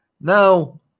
now